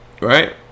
right